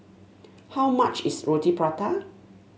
how much is Roti Prata